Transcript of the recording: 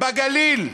בגליל.